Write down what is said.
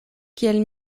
kiel